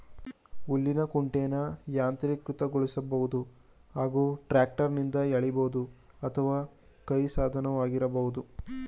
ಹುಲ್ಲಿನ ಕುಂಟೆನ ಯಾಂತ್ರೀಕೃತಗೊಳಿಸ್ಬೋದು ಹಾಗೂ ಟ್ರ್ಯಾಕ್ಟರ್ನಿಂದ ಎಳಿಬೋದು ಅಥವಾ ಕೈ ಸಾಧನವಾಗಿರಬಹುದು